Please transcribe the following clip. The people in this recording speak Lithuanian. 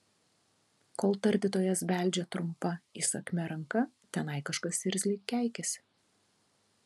kol tardytojas beldžia trumpa įsakmia ranka tenai kažkas irzliai keikiasi